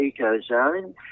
ecozone